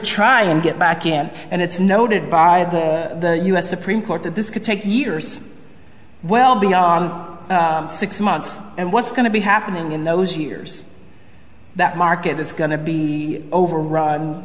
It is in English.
try and get back in and it's noted by the u s supreme court that this could take years well beyond six months and what's going to be happening in those years that market is going to be overrun